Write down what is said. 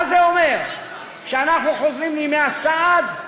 מה זה אומר, שאנחנו חוזרים לימי הסעד?